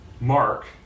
Mark